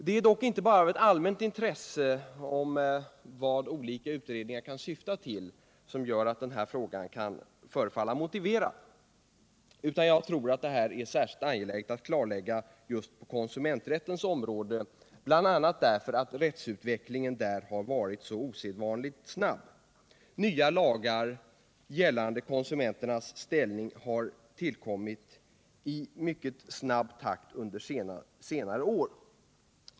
Det är dock inte bara ett allmänt intresse för vad olika utredningar kan syfta till som gör att denna fråga kan förefalla motiverad, utan jag tror att det här är särskilt angeläget att klarlägga just på konsumenträttens område, bl.a. därför att rättsutvecklingen har varit osedvanligt snabb. Nya lagar gällande konsumenternas ställning har tillkommit i mycket snabb takt under senare år.